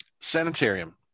sanitarium